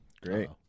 Great